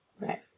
right